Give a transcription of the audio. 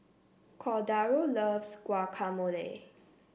Cordaro loves Guacamole